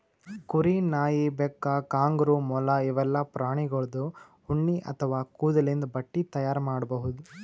ಕುರಿ, ನಾಯಿ, ಬೆಕ್ಕ, ಕಾಂಗರೂ, ಮೊಲ ಇವೆಲ್ಲಾ ಪ್ರಾಣಿಗೋಳ್ದು ಉಣ್ಣಿ ಅಥವಾ ಕೂದಲಿಂದ್ ಬಟ್ಟಿ ತೈಯಾರ್ ಮಾಡ್ಬಹುದ್